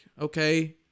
Okay